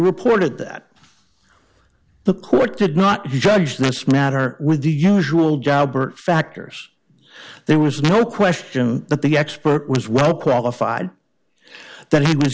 reported that the court did not judge this matter with the usual jobber factors there was no question that the expert was well qualified that he was